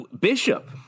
Bishop